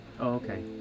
okay